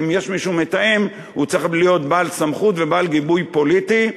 ואם יש מישהו מתאם הוא צריך להיות בעל סמכות ובעל גיבוי פוליטי.